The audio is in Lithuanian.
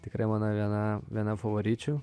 tikrai mano viena viena favoričių